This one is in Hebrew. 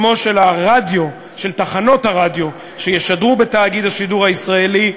שמן של תחנות הרדיו שישדרו בתאגיד השידור הציבורי,